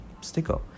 sticker